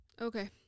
Okay